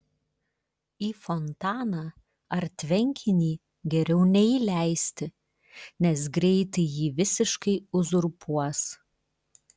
į fontaną ar tvenkinį geriau neįleisti nes greitai jį visiškai uzurpuos